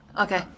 Okay